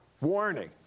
Warning